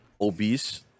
obese